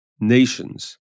nations